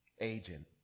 agent